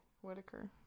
Whitaker